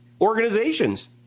organizations